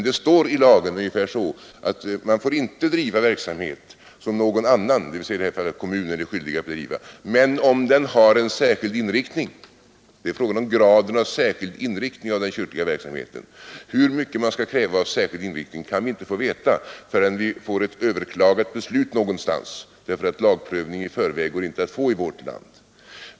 Det står ungefär så i lagen att man inte får driva verksamhet som någon annan — dvs. i det här fallet kommunen — är skyldig att bedriva, om inte verksamheten har en särskild inriktning. Det är alltså fråga om graden av särskild inriktning av den kyrkliga verksamheten, och hur mycket man skall kräva av särskild inriktning kan vi inte få veta förrän ett överklagat beslut föreligger, därför att lagprövning i förväg inte går att få i vårt land.